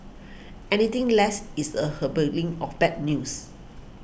anything less is a of bad news